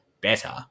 better